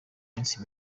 minsi